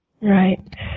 Right